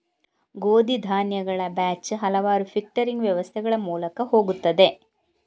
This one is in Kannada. ಗೋಧಿ ಧಾನ್ಯಗಳ ಬ್ಯಾಚ್ ಹಲವಾರು ಫಿಲ್ಟರಿಂಗ್ ವ್ಯವಸ್ಥೆಗಳ ಮೂಲಕ ಹೋಗುತ್ತದೆ